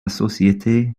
société